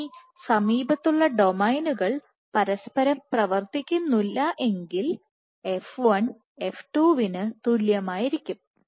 ഇനി സമീപത്തുള്ള ഡൊമെയ്നുകൾ പരസ്പരം പ്രവർത്തിക്കുന്നില്ല എങ്കിൽ f1 f2 വിന് തുല്യമായിരിക്കും